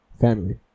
family